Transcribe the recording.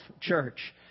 church